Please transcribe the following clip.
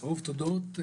רוב תודות.